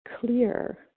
clear